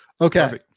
Okay